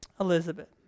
Elizabeth